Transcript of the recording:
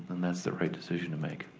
then that's the right decision to make.